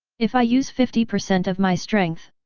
if i use fifty percent of my strength,